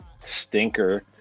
stinker